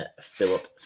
Philip